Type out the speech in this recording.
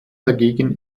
dagegen